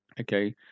Okay